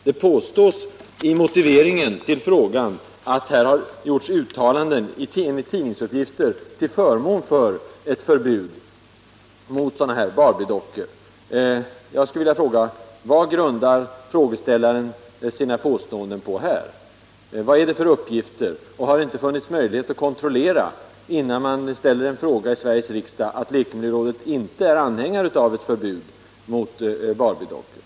Det sägs i motiveringen till frågan att det enligt tidningsuppgifter har gjorts uttalanden till förmån för ett förbud mot Barbie-dockor. Jag skulle vilja fråga: Vad grundar frågeställaren sina påståenden på i det avseendet? Vad är det för uppgifter, och har det inte funnits möjlighet att kontrollera innan man ställer en fråga i Sveriges riksdag att lekmiljörådet inte är anhängare av ett förbud mot Barbie-dockor?